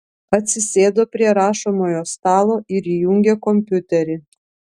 atsisėdo prie rašomojo stalo ir įjungė kompiuterį